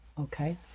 okay